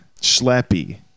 schleppy